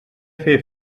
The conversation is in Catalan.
fer